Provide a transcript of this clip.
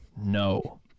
no